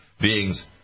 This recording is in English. beings